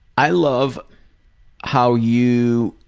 i love how you